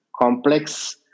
complex